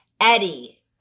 Eddie